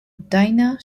dinah